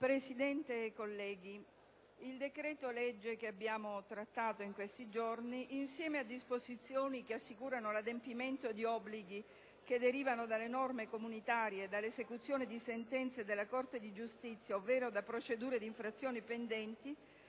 Presidente, colleghi, il decreto-legge che abbiamo esaminato insieme a disposizioni che assicurano l'adempimento di obblighi derivanti dalle norme comunitarie e dall'esecuzione di sentenze della Corte di giustizia ovvero da procedure d'infrazione pendenti,